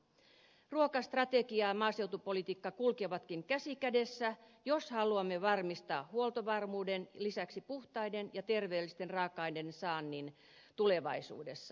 ruokastrategia ja maaseutupolitiikka kulkevatkin käsi kädessä jos haluamme varmistaa huoltovarmuuden lisäksi puhtaiden ja terveellisten raaka aineiden saannin tulevaisuudessa